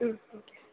ம் தேங்க்யூ